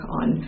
on